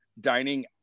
dining